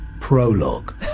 Prologue